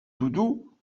doudou